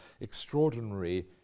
extraordinary